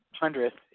hundredth